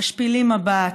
משפילים מבט,